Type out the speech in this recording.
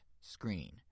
screen